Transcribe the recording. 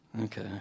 Okay